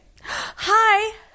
Hi